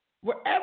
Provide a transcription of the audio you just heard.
wherever